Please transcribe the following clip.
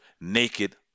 naked